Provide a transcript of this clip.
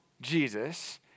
Jesus